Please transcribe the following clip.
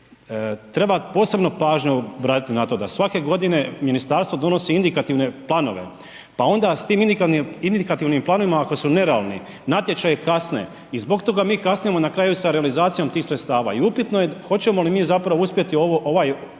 treba posebnu pažnju obratiti na to da svake godine ministarstvo donosi indikativne planove, pa onda s tim indikativnim planovima ako nerealni natječaji kasne i zbog toga mi kasnimo na kraju sa realizacijom tih sredstava i upitno je hoćemo li mi zapravo uspjeti ovo, ovaj